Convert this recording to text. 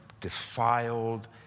defiled